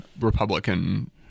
Republican